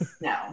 No